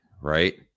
Right